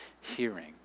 hearing